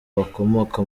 bakomoka